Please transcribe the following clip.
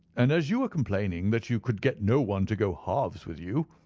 and as you were complaining that you could get no one to go halves with you,